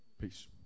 peace